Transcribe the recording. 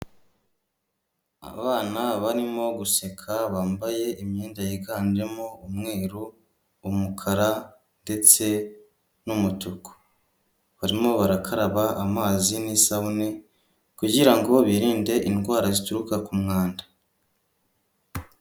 Abana barimo guseka bambaye imyenda yiganjemo umweru, umukara ndetse n'umutuku, barimo barakaraba amazi n'isabune kugirango birinde indwara zituruka ku mwanda.